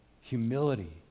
Humility